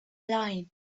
line